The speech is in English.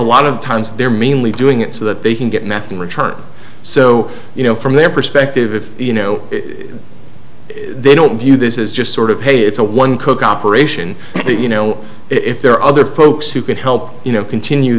lot of times they're mainly doing it so that they can get nothing returned so you know from their perspective if you know they don't view this is just sort of hey it's a one coke operation you know if there are other folks who could help you know continue